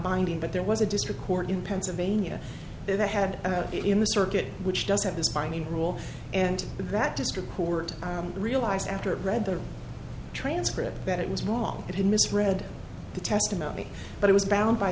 binding but there was a district court in pennsylvania that had it in the circuit which does have this binding rule and that district court realized after it read the transcript that it was wrong it had misread the testimony but it was bound by